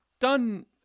done